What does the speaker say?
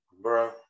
bro